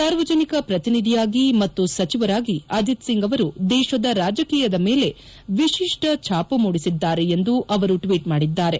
ಸಾರ್ವಜನಿಕ ಪ್ರತಿನಿಧಿಯಾಗಿ ಮತ್ತು ಸಚಿವರಾಗಿ ಅಜಿತ್ ಸಿಂಗ್ ಅವರು ದೇಶದ ರಾಜಕೀಯದ ಮೇಲೆ ವಿಶಿಷ್ಷ ಛಾಪು ಮೂಡಿಸಿದ್ದಾರೆ ಎಂದು ಅವರು ಟ್ನೀಟ್ ಮಾಡಿದ್ದಾರೆ